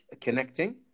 connecting